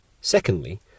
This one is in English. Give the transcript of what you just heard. Secondly